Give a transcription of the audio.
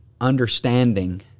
understanding